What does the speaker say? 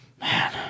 man